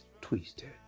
twisted